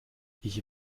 ich